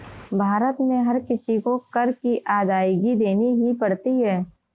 भारत में हर किसी को कर की अदायगी देनी ही पड़ती है